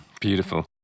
Beautiful